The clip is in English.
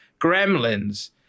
Gremlins